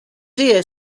deer